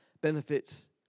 benefits